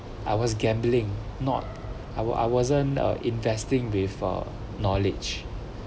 I was gambling not I I wasn't are investing with a knowledge